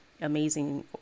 amazing